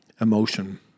Emotion